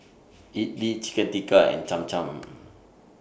Idili Chicken Tikka and Cham Cham